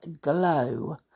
glow